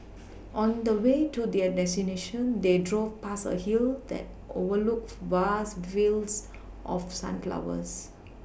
on the way to their destination they drove past a hill that overlooked vast fields of sunflowers